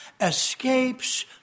escapes